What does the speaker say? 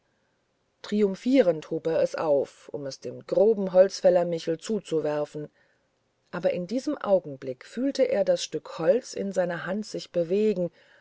triumphierend hob er es auf um es dem groben holländer michel zuzuwerfen aber in diesem augenblick fühlte er das stück holz in seiner hand sich bewegen